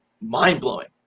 mind-blowing